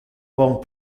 bon